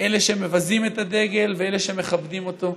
אלה שמבזים את הדגל ואלה שמכבדים אותו,